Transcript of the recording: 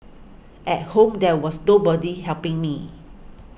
at home there was nobody helping me